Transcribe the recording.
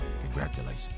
congratulations